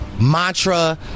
mantra